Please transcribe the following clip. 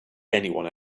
anyone